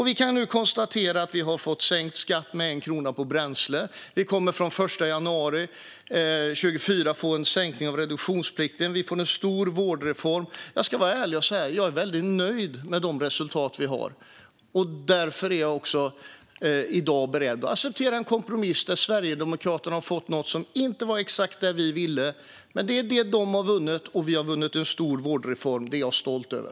Vi kan nu konstatera att vi har fått sänkt skatt med 1 krona på bränsle, att vi från den 1 januari 2024 kommer att få en sänkning av reduktionsplikten och att vi får en stor vårdreform. Jag ska vara ärlig och säga att jag är väldigt nöjd med de resultat vi har. Därför är jag i dag beredd att acceptera en kompromiss där Sverigedemokraterna får något som inte var exakt vad vi ville. Men det är vad de har vunnit. Vi har vunnit en stor vårdreform, och det är jag stolt över.